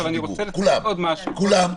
כולם, כולם.